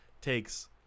takes